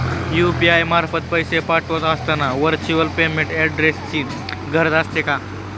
UPI मार्फत पैसे पाठवत असताना व्हर्च्युअल पेमेंट ऍड्रेसची गरज असते का?